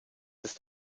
ist